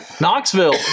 Knoxville